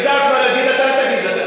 היא יודעת מה להגיד, אתה אל תגיד לה.